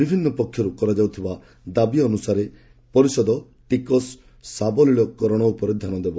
ବିଭିନ୍ନ ପକ୍ଷରୁ କରାଯାଉଥିବା ଦାବି ଅନୁସାରେ ପରିଷଦ ଟିକସ ସାବଲୀଳକରଣ ଉପରେ ଧ୍ୟାନ ଦେବ